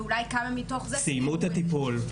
ואולי כמה מתוך זה סיימו את הטיפול,